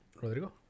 Rodrigo